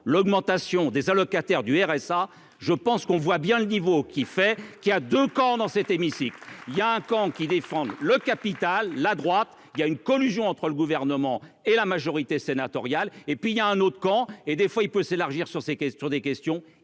l'augmentation des allocataires du RSA, je pense qu'on voit bien le niveau qui fait qu'il a de camps dans cet hémicycle, il y a un camp qui défendent le capital, la droite il y a une collusion entre le gouvernement et la majorité sénatoriale, et puis il y a un autre camp, et des fois il peut s'élargir sur ces questions,